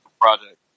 project